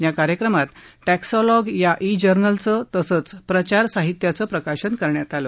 या कार्यक्रमात टॅक्सोलॉग या ई जर्नलचं तसंच प्रचार साहित्याचं प्रकाशन करण्यात आलं